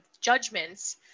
judgments